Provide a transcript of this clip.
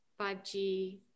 5g